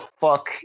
fuck